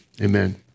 amen